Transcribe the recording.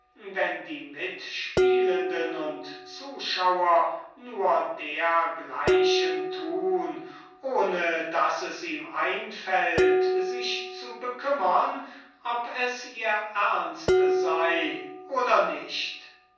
wenn die mitspielenden und zuschauer nur dergleichen tun ohne daß es ihm einfällt sich zu bekümmern ob es ihr ernst sei oder nicht